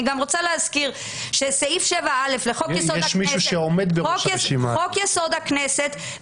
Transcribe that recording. אני רוצה להזכיר שסעיף 7א לחוק-יסוד: הכנסת